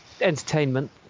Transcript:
entertainment